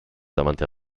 davanti